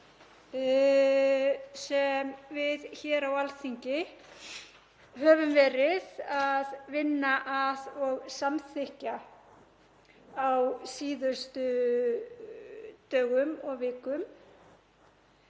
sem við hér á Alþingi höfum verið að vinna að og samþykkja á síðustu dögum og vikum.